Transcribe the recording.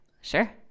sure